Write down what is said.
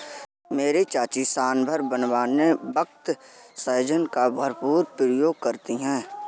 मेरी चाची सांभर बनाने वक्त सहजन का भरपूर प्रयोग करती है